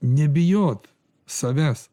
nebijot savęs